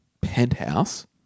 penthouse